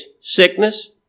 sickness